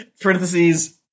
Parentheses